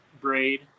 braid